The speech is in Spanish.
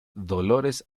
dolores